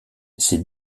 ces